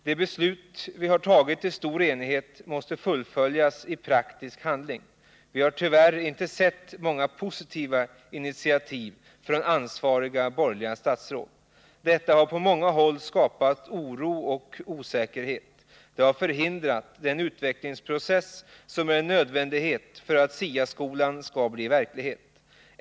De beslut som vi i stor enighet har fattat måste fullföljas i praktisk handling. Tyvärr har vi inte sett så många positiva initiativ av ansvariga borgerliga statsråd. Detta har skapat oro och osäkerhet. Det har förhindrat den utvecklingsprocess som är en nödvändighet för att SIA-skolan skall bli verklighet.